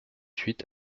huit